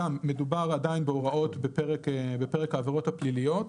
גם מדובר עדיין בהוראות בפרק העבירות הפליליות.